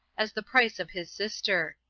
as the price of his sister.